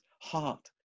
heart